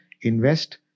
invest